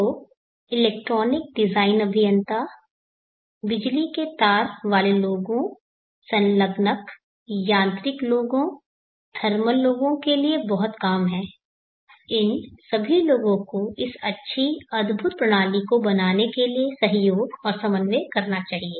तो electronic design अभियंता बिजली के तार वाले लोगों संलग्नक यांत्रिक लोगों थर्मल लोगों के लिए बहुत काम है इन सभी लोगों को इस अच्छी अद्भुत प्रणाली को बनाने के लिए सहयोग और समन्वय करना चाहिए